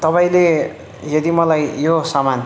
तपाईँले यदि मलाई यो सामान